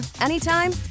anytime